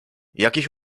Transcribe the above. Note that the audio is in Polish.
jakiś